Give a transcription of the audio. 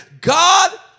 God